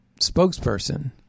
spokesperson